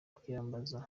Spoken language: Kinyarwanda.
kwiyambaza